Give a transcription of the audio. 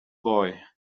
boy